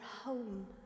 home